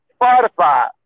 Spotify